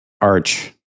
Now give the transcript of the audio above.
Arch